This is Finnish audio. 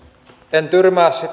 en tyrmää